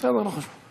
בסדר, לא חשוב.